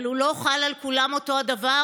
אבל הוא לא חל על כולם אותו הדבר,